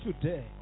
today